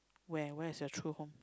where where is your true home